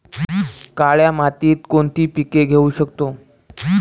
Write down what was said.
काळ्या मातीत कोणती पिके घेऊ शकतो?